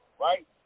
right